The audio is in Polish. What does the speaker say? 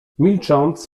milcząc